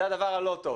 זה הדבר הלא טוב.